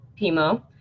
Pimo